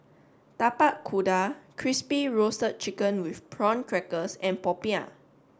Tapak Kuda crispy roasted chicken with prawn crackers and Popiah